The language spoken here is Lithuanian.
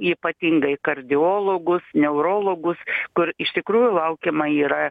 ypatingai kardiologus neurologus kur iš tikrųjų laukiama yra